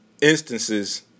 instances